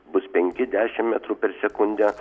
bus penki dešim metrų per sekundę